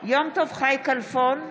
יום טוב חי כלפון,